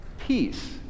peace